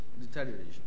deterioration